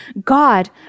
God